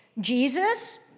Jesus